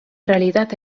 realitat